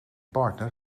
partner